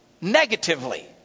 negatively